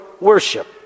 worship